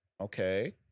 Okay